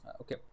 okay